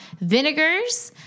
Vinegar's